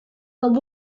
com